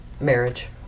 marriage